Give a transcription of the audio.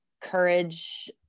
courage